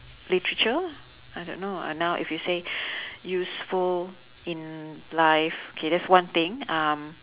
literature I don't know uh now if you say useful in life okay that's one thing um